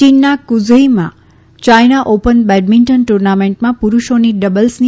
ચીનના ફઝીઉમાં China Open badminton ટુર્નામેન્ટમાં પુરૂષોની ડબલ્સની